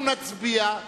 אנחנו נצביע.